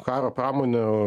karo pramonę